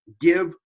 give